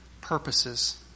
purposes